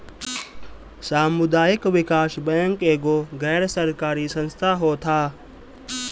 सामुदायिक विकास बैंक एगो गैर सरकारी संस्था होत हअ